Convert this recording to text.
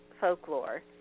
folklore